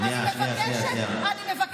אני לא יכול, אני לא שומע את עצמי.